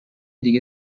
دیگه